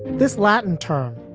this latin term,